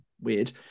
weird